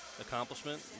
accomplishment